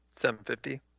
750